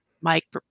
Mike